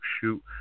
shoot